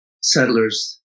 settlers